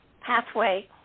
pathway